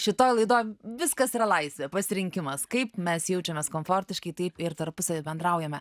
šitoj laidoj viskas yra laisvė pasirinkimas kaip mes jaučiamės komfortiškai taip ir tarpusavy bendraujame